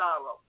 sorrow